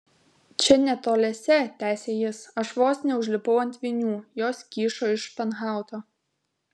čia netoliese tęsė jis aš vos neužlipau ant vinių jos kyšo iš španhauto